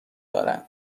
دارد